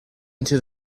into